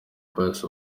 pius